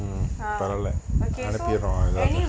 uh பரவால்ல:paravaalla